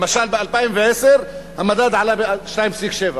למשל, ב-2010 המדד עלה ב-2.7%.